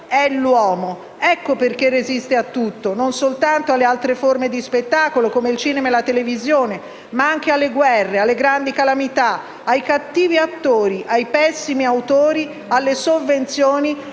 è l'uomo. Ecco perché resiste a tutto, non soltanto alle altre forme di spettacolo come il cinema e la televisione (...), ma anche alle guerre, alle grandi calamità, ai cattivi attori, ai pessimi autori, alle sovvenzioni